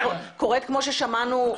כמו ששמענו,